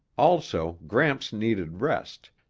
also, gramps needed rest,